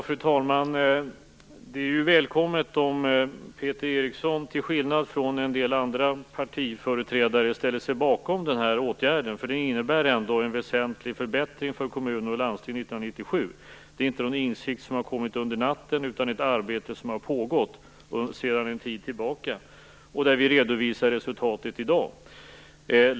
Fru talman! Det är välkommet om Peter Eriksson, till skillnad från en del andra partiföreträdare, ställer sig bakom den här åtgärden. Den innebär ändå en väsentlig förbättring för kommuner och landsting 1997. Det här är inte någon insikt som har kommit under natten utan ett arbete som har pågått sedan en tid tillbaka. I dag redovisar vi resultatet.